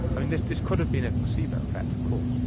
i mean, this this could have been a placebo effect of course.